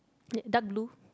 dark blue